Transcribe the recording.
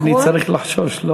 אני צריך לחשוש,